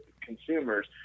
consumers